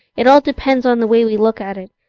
it all depends on the way we look at it.